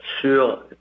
sur